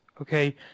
okay